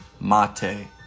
Mate